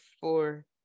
four